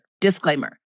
Disclaimer